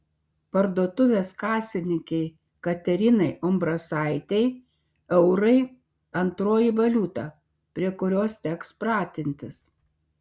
parduotuvės kasininkei katerinai umbrasaitei eurai antroji valiuta prie kurios teks pratintis